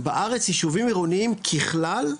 בארץ יישובים עירוניים ככלל,